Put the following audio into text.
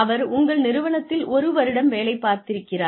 அவர் உங்கள் நிறுவனத்தில் ஒரு வருடம் வேலை பார்த்திருக்கிறார்